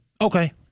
Okay